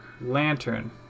Lantern